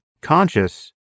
conscious